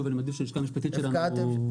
אני מדגיש שהלשכה המשפטית שלנו פה תשיב.